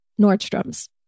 Nordstrom's